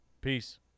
peace